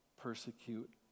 persecute